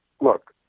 look